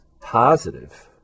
positive